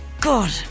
God